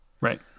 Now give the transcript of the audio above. Right